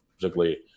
particularly